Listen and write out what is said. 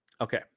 Okay